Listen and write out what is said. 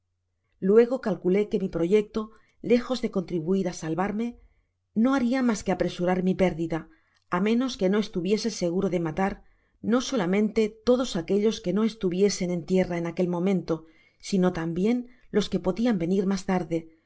luego cateulé que mi proyecto lejos de contribuir á salvarme nohárfa mas que apresurar mi pérdida á menos que no estuviese seguro de mátar no solamente todos aquellos que no'estuviesen en tierra en aquel momento sino tambien los qne podian venir mas tarde